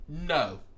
No